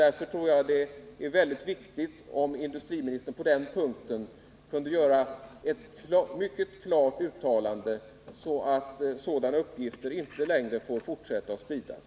Därför är det viktigt att industriministern på den punkten gör ett klart uttalande så att sådana uppgifter inte längre fortsätter att spridas.